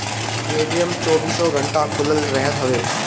ATM चौबीसो घंटा खुलल रहत हवे